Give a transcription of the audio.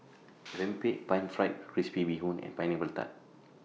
Rempeyek Pan Fried Crispy Bee Hoon and Pineapple Tart